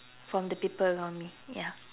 from the people around me ya